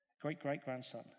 great-great-grandson